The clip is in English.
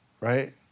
Right